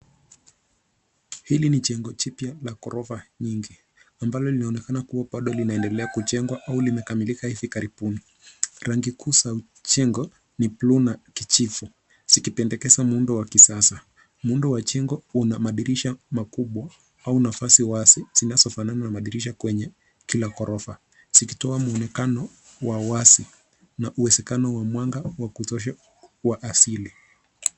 Hili ni jengo jipya la gorofa nyingi ambalo linaonekana kuwa bado linaendelea kujengwa au limekamilika hivi karibuni. Rangi kuu za ujengo ni bluu na kijivu zikipendekeza muundo wa kisasa. Muundo wa jengo una madirisha makubwa au nafasi wazi zinazofanana na madirisha kwenye kila gorofa zikitoa mwonekano wa wazi na uwezekano wa mwanga wa kutosha wa asili.